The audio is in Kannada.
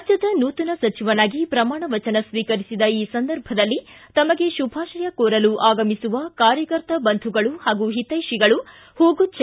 ರಾಜ್ಞದ ನೂತನ ಸಚಿವನಾಗಿ ಪ್ರಮಾಣ ವಚನ ಸ್ವೀಕರಿಸಿದ ಈ ಸಂದರ್ಭದಲ್ಲಿ ತಮಗೆ ಶುಭಾಶಯ ಕೋರಲು ಆಗಮಿಸುವ ಕಾರ್ಯಕರ್ತ ಬಂಧುಗಳು ಹಾಗೂ ಹಿತ್ಯೆಷಿಗಳು ಯಾರು ಹೂಗುಚ್ಹ